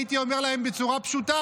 הייתי אומר להם בצורה פשוטה,